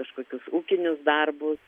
kažkokius ūkinius darbus